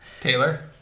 Taylor